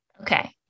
Okay